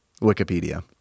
Wikipedia